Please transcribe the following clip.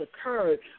occurred